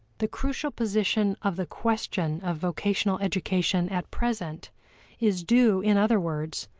the crucial position of the question of vocational education at present is due, in other words,